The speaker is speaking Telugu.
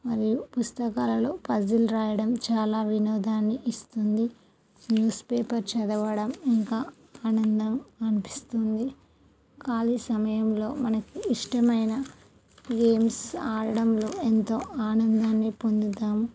మరియు పుస్తకాలలో పజిల్ రాయడం చాలా వినోదాన్ని ఇస్తుంది న్యూస్పేపర్ చదవడం ఇంకా ఆనందం అనిపిస్తుంది ఖాళీ సమయంలో మనకి ఇష్టమైన గేమ్స్ ఆడడంలో ఎంతో ఆనందాన్ని పొందుతాము